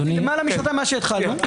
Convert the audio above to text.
מעל שנתיים מאז התחלנו.